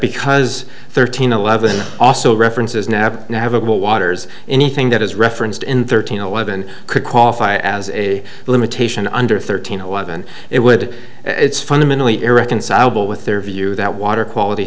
because thirteen eleven also references nab navigable waters anything that is referenced in thirteen eleven could qualify as a limitation under thirteen eleven it would it's fundamentally irreconcilable with their view that water quality